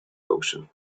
ocean